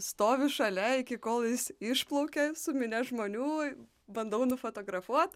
stoviu šalia iki kol jis išplaukia su minia žmonių bandau nufotografuot